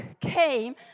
came